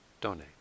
donate